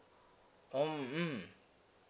oh mm